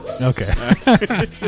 Okay